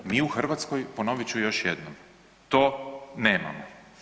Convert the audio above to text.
Mi u Hrvatskoj, ponovit ću još jednom, to nemamo.